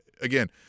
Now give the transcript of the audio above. again